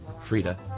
Frida